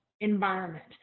environment